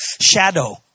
shadow